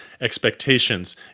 expectations